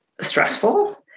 stressful